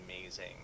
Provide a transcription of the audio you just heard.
amazing